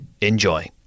Enjoy